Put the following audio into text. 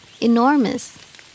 enormous